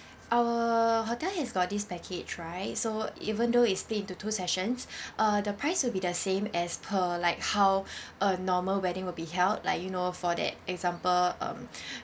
our hotel has got this package right so even though it split into two sessions uh the price will be the same as per like how a normal wedding would be held like you know for that example um